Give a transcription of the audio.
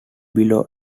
below